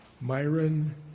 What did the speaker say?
Myron